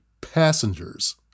passengers